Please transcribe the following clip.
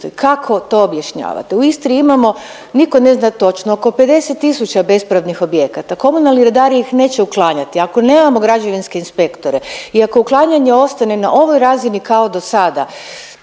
Kako to objašnjavate? U Istri imamo nitko ne zna točno oko 50 000 bespravnih objekata. Komunalni redari ih neće uklanjati. Ako nemamo građevinske inspektore i ako uklanjanje ostane na ovoj razini kao do sada